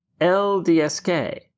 LDSK